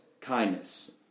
kindness